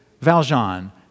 Valjean